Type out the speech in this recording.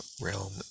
realm